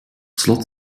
slot